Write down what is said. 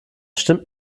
stimmt